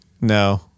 No